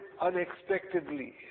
unexpectedly